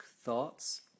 thoughts